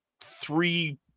three